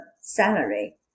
salary